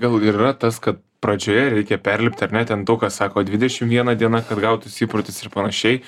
gal ir yra tas kad pradžioje reikia perlipti ar ne ten daug kas sako dvidešim viena diena kad gautųsi įprotis ir panašiai